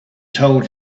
told